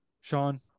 Sean